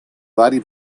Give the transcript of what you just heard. varie